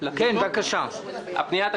תב"עות חדשות לאלפי יחידות,